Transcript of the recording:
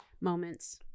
moments